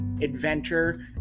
adventure